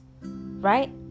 right